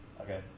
okay